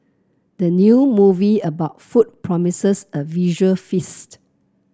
the new movie about food promises a visual feast